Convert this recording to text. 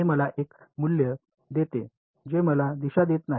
हे मला एक मूल्य देते जे मला दिशा देत नाही